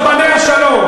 ראש צוות סרבני השלום.